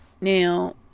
now